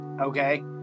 Okay